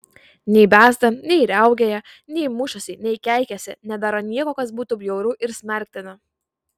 nei bezda nei riaugėja nei mušasi nei keikiasi nedaro nieko kas būtų bjauru ir smerktina